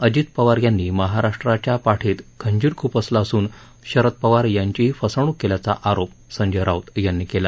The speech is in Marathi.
अजित पवार यांनी महाराष्ट्राच्या पाठीत खंजीर खुपसला असून शरद पवार यांचीही फसवणूक केल्याचा आरोप संजय राऊत यांनी केला